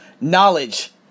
Knowledge